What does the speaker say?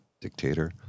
dictator